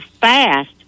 fast